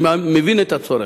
אני מבין את הצורך,